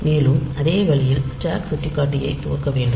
மேலும் அதே வழியில் ஸ்டாக் சுட்டிக்காட்டியைத் துவக்க வேண்டும்